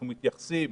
אנחנו מתייחסים